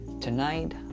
tonight